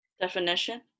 Definition